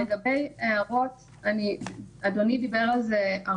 העמותה מייצגת כ-8,000 משפחות,